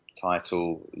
title